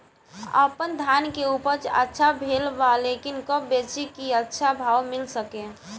आपनधान के उपज अच्छा भेल बा लेकिन कब बेची कि अच्छा भाव मिल सके?